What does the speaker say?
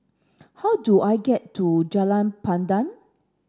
how do I get to Jalan Pandan